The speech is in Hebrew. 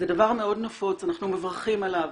זה דבר מאוד נפוץ, אנחנו מברכים עליו.